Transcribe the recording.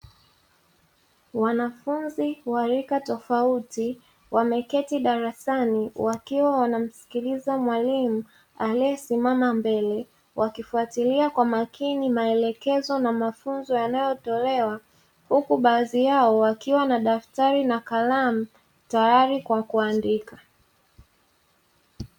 Wanafunzi wa rika tofauti wameketi darasani wakiwa wanamsikiliza mwalimu aliesimama mbele, wakifuatilia kwa makini maelekezo na mafunzo yanayotolewa, huku baadhi yao wakiwa na daftari na kalamu tayari kwa kuandika.